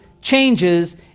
changes